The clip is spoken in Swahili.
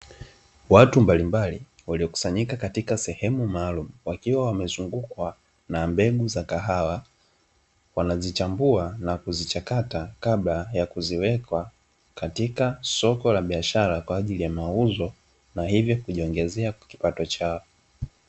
Watu mbalimbali waliokusanyika katika sehemu maalumu, wakiwa wamezungukwa na mbegu za kahawa, wanazichambua na kuzichakata kabla ya kuziweka katika soko la biashara kwa ajili ya mauzo na hivyo kujiongezea kipato chao.